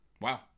Wow